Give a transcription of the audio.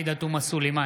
עאידה תומא סלימאן,